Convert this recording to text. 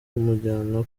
kumujyana